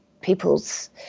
people's